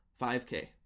5K